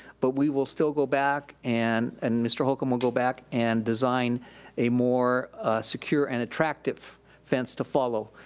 but we will still go back and and mr. holcomb will go back and design a more secure and attractive fence to follow.